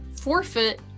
forfeit